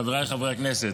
חבריי חברי הכנסת,